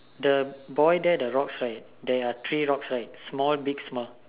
the boy there the rocks right there are three rocks right small big small